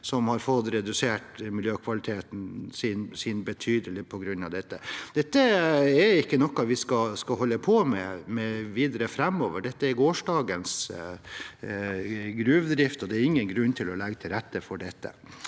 som har fått redusert miljøkvaliteten sin betydelig på grunn av dette. Dette er ikke noe vi skal holde på med videre framover. Dette er gårsdagens gruvedrift, og det er ingen grunn til å legge til rette for dette.